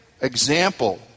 example